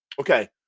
okay